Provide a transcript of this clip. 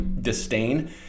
disdain